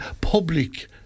Public